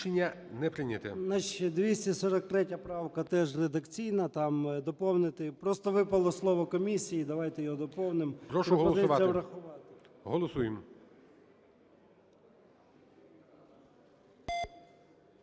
Прошу голосувати. Голосуємо.